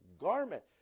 garment